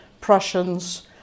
Prussians